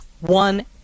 one